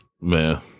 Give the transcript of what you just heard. Man